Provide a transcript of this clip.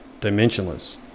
dimensionless